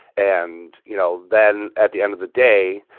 and, you know, then, at the end of the day,